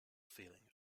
feeling